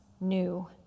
new